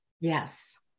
Yes